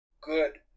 good